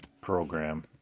program